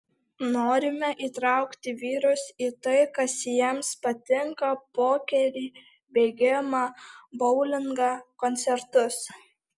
norime įtraukti vyrus į tai kas jiems patinka pokerį bėgimą boulingą koncertus